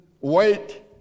wait